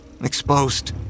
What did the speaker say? Exposed